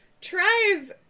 tries